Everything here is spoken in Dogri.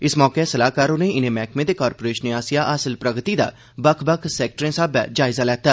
इस मौके सलाहकार होरें इनें मैहकर्मे ते कारपोरेशनें आसेआ हासल प्रगति दा बक्ख बक्ख सैक्टरें स्हाबै जायजा लैता